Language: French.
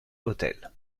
hôtel